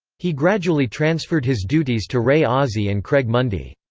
he gradually transferred his duties to ray ozzie and craig mundie.